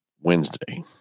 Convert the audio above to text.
Wednesday